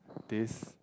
this